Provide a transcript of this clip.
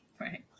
Right